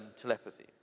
telepathy